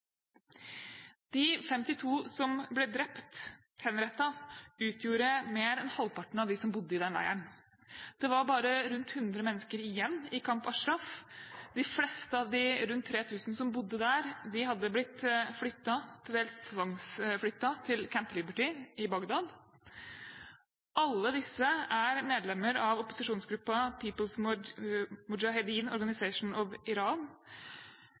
De 52 som ble drept – henrettet – utgjorde mer enn halvparten av dem som bodde i den leiren. Det var bare rundt 100 mennesker igjen i Camp Ashraf. De fleste av de rundt 3 000 som bodde der, hadde blitt flyttet, til dels tvangsflyttet, til Camp Liberty i Bagdad. Alle disse er medlemmer av opposisjonsgruppen People’s Mojahedin Organization of Iran.